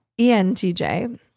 ENTJ